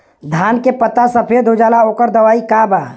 धान के पत्ता सफेद हो जाला ओकर दवाई का बा?